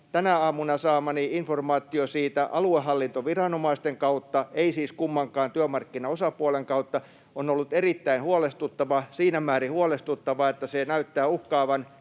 Tänä aamuna siitä saamani informaatio aluehallintoviranomaisten kautta — ei siis kummankaan työmarkkinaosapuolen kautta — on ollut erittäin huolestuttavaa, siinä määrin huolestuttavaa, että se näyttää uhkaavan